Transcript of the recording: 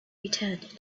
returned